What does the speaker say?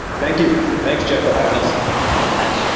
thank you. thanks, jeff, for having us thanks,